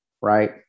right